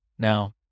Now